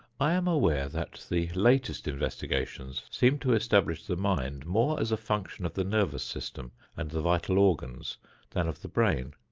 i am aware that the latest investigations seem to establish the mind more as a function of the nervous system and the vital organs than of the brain.